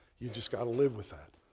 you just got to live with that.